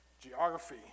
Geography